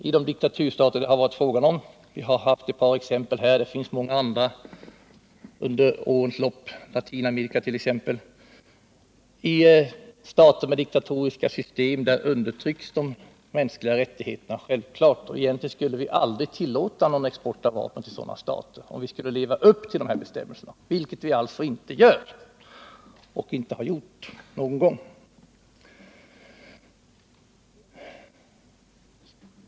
Egentligen skulle någon vapenexport inte ha tillåtits till stater med diktatoriska system, där de mänskliga rättigheterna självklart undertrycks — ett par av dessa stater har nämnts i interpellationerna, men det finns många andra,t.ex. i Latinamerika —-om vi skulle leva upp till bestämmelserna, vilket vi alltså inte gör och inte har gjort någon gång.